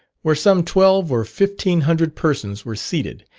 where some twelve or fifteen hundred persons were seated,